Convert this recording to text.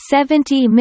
Seventy